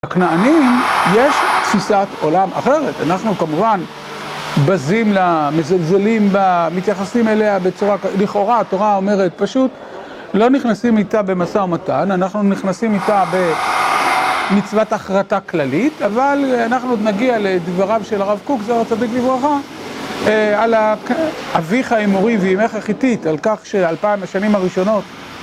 הכנענים יש תפיסת עולם אחרת, אנחנו כמובן בזים לה מזלזלים בה, מתייחסים אליה לכאורה, התורה אומרת פשוט לא נכנסים איתה במשא ומתן, אנחנו נכנסים איתה במצוות הכרתה כללית אבל אנחנו עוד נגיע לדבריו של הרב קוק, זכר צדיק לברכה על אביך האמורי ואמך החיתית, על כך שאלפיים השנים הראשונות